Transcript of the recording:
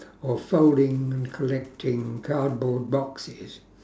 or folding and collecting cardboard boxes